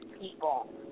people